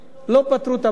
לא פתרו את הבעיות.